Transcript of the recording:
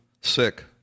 sick